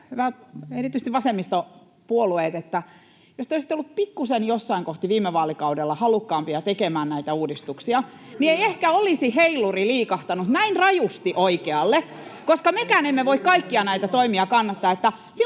erityisesti hyvät vasemmistopuolueet, että jos te olisitte olleet jossain kohti viime vaalikaudella pikkusen halukkaampia tekemään näitä uudistuksia, niin ei ehkä olisi heiluri liikahtanut näin rajusti oikealle, koska mekään emme voi kaikkia näitä toimia kannattaa.